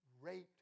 raped